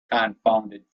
confounded